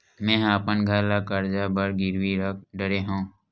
मेहा अपन घर ला कर्जा बर गिरवी रख डरे हव